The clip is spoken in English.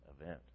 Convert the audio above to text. event